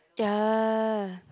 ya